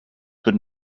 would